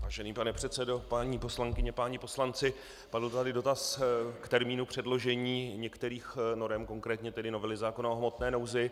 Vážený pane předsedo, paní poslankyně, páni poslanci, padl tady dotaz k termínu předložení některých norem, konkrétně novely zákona o hmotné nouzi.